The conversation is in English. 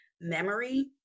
memory